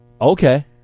Okay